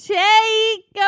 take